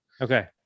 Okay